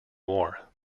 war